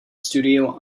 studio